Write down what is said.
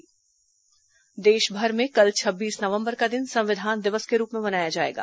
संविधान दिवस देशभर में कल छब्बीस नवंबर का दिन संविधान दिवस के रूप में मनाया जायेगा